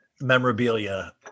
memorabilia